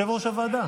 הוועדה.